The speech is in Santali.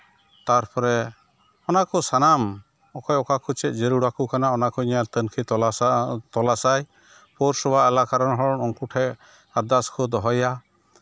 ᱛᱟᱨᱯᱚᱨᱮ ᱚᱱᱟ ᱠᱚ ᱥᱟᱱᱟᱢ ᱚᱠᱚᱭ ᱚᱠᱟ ᱠᱚ ᱪᱮᱫ ᱡᱟᱹᱨᱩᱲ ᱟᱠᱚ ᱠᱟᱱᱟ ᱚᱱᱟᱠᱚ ᱧᱮᱞ ᱛᱩᱱᱠᱷᱤ ᱛᱚᱞᱟᱥ ᱟᱭ ᱯᱳᱨᱚ ᱥᱚᱵᱷᱟ ᱮᱞᱟᱠᱟ ᱨᱮᱱ ᱦᱚᱲ ᱩᱱᱠᱩ ᱴᱷᱨᱡ ᱟᱫᱟᱨᱥ ᱠᱚ ᱫᱚᱦᱚᱭᱟ